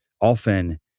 often